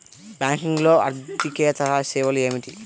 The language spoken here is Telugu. బ్యాంకింగ్లో అర్దికేతర సేవలు ఏమిటీ?